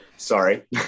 Sorry